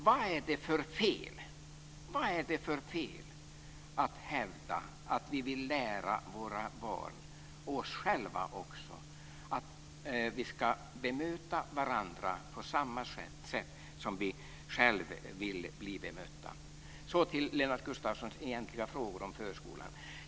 Vad är det för fel, Lennart Gustavsson, att hävda att vi vill lära våra barn och oss själva att vi ska bemöta varandra på samma sätt som vi själva vill bli bemötta? Så går jag över till Lennart Gustavssons frågor om förskolan.